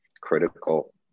critical